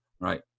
Right